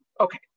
Okay